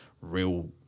real